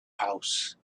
house